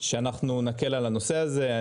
שאנחנו נקל על הנושא הזה.